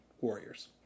warriors